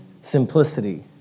simplicity